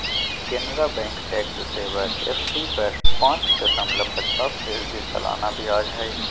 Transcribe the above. Canara bank tax saver FD पर पाच दशमलब पचास फीसदी सालाना ब्याज हइ